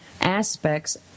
aspects